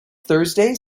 thursday